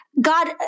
God